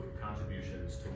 contributions